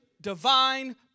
divine